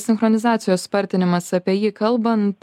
sinchronizacijos spartinimas apie jį kalbant